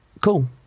cool